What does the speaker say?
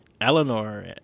Eleanor